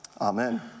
Amen